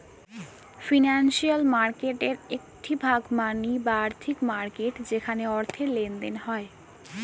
financial মার্কেটের একটি ভাগ মানি বা আর্থিক মার্কেট যেখানে অর্থের লেনদেন হয়